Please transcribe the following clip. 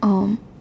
um